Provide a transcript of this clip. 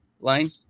line